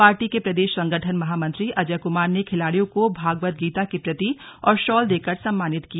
party के प्रदेश संगठन महामंत्री अजय कुमार ने खिलाड़ियों को भागवत गीता की प्रति और शाल देकर सम्मानित किया